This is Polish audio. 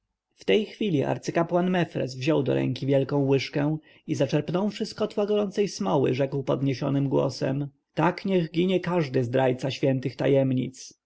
w tej chwili arcykapłan mefres wziął do ręki wielką łyżkę i zaczerpnąwszy z kotła gorącej smoły rzekł podniesionym głosem tak niech ginie każdy zdrajca świętych tajemnic